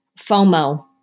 FOMO